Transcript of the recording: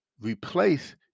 replace